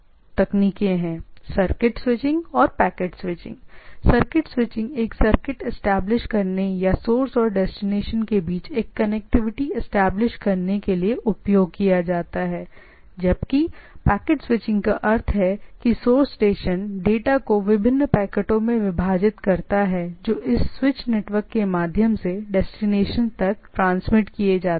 नाम के रूप में सुझाव देते हैं या मोटे तौर पर सुझाव देते हैं सर्किट स्विचिंग एक सर्किट एस्टेब्लिश करने या सोर्स और डेस्टिनेशन के बीच एक कनेक्टिविटी एस्टेब्लिश करने के लिए उपयोग किया जाता है यह प्रमुख बात है पर जबकि पैकेट स्विचिंग का अर्थ है कि सोर्स स्टेशन डेटा को विभिन्न पैकेटों में विभाजित करता है जो इस स्विच नेटवर्क के माध्यम से डेस्टिनेशंस तक ट्रांसमिशन किए जा रहे हैं